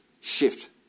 shift